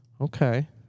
Okay